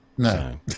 No